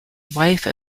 wife